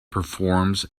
performs